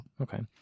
Okay